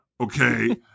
okay